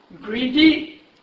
greedy